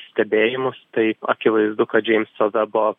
stebėjimus tai akivaizdu kad džeimso vebo